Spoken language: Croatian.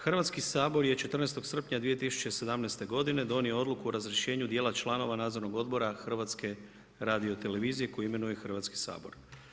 Hrvatski sabor je 14. srpnja 2017. godine donio odluku o razrješenju dijela članova Nadzornog odbora HRT-a koji imenuje Hrvatski sabor.